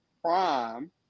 Prime